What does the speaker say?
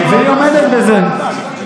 והיא עומדת בזה.